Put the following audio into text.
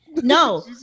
No